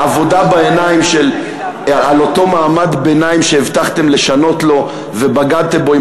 העבודה בעיניים על אותו מעמד ביניים שהבטחתם לשנות לו ובגדתם בו עם